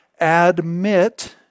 admit